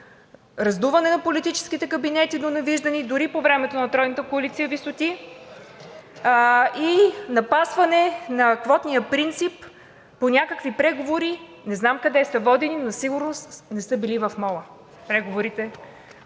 раздуване на политическите кабинети до невиждани дори по времето на тройната коалиция висоти и напасване на квотния принцип по някакви преговори. Не знам къде са водени, но със сигурност не са били в мола